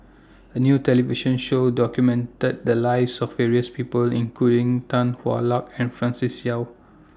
A New television Show documented The Lives of various People including Tan Hwa Luck and Francis Seow